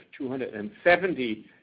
270